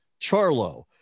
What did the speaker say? Charlo